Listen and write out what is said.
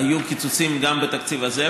היו קיצוצים גם בתקציב הזה,